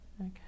okay